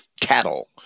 cattle